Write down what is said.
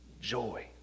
joy